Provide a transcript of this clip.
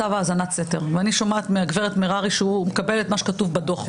אני שומעת מהגב' מררי שהוא מקבל את מה שכתוב בדוח,